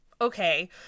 okay